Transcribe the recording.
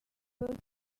biggest